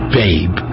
babe